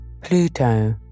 Pluto